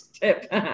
tip